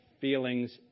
feelings